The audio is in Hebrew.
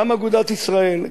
גם אגודת ישראל,